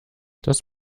das